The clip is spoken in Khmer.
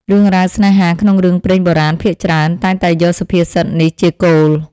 រឿងរ៉ាវស្នេហាក្នុងរឿងព្រេងបុរាណភាគច្រើន តែងតែយកសុភាសិតនេះជាគោល។